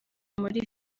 muri